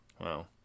Wow